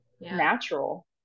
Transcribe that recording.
natural